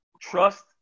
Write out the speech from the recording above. trust